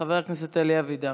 חבר הכנסת אלי אבידר.